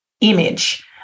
image